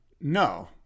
no